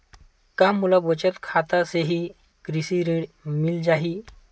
का मोला बचत खाता से ही कृषि ऋण मिल जाहि?